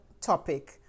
topic